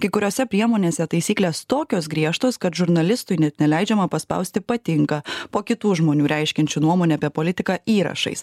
kai kuriose priemonėse taisyklės tokios griežtos kad žurnalistui net neleidžiama paspausti patinka po kitų žmonių reiškiančių nuomonę apie politiką įrašais